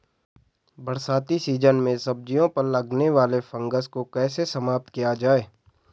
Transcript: बरसाती सीजन में सब्जियों पर लगने वाले फंगस को कैसे समाप्त किया जाए?